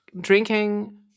drinking